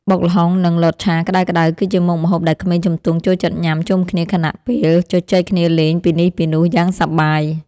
បុកល្ហុងនិងលតឆាក្ដៅៗគឺជាមុខម្ហូបដែលក្មេងជំទង់ចូលចិត្តញ៉ាំជុំគ្នាខណៈពេលជជែកគ្នាលេងពីនេះពីនោះយ៉ាងសប្បាយ។